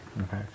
Okay